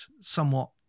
somewhat